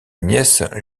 nièce